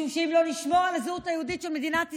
משום שאם לא נשמור על הזהות היהודית של מדינת ישראל,